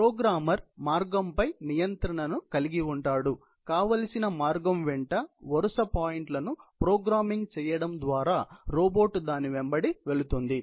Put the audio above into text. programmer మార్గంపై నియంత్రణను కలిగిఉంటాడు కావలసిన మార్గం వెంట వరుస పాయింట్ లను ప్రోగ్రామింగ్ చెయ్యడం ద్వారా రోబోట్ దాని వెంబడి వెళుతుంది